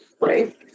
right